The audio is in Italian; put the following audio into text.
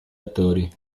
attori